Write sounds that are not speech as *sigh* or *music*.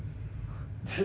*laughs*